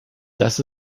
das